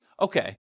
okay